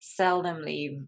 seldomly